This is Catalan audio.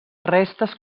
restes